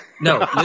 No